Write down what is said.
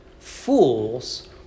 Fools